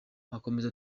agakomeza